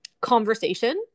conversation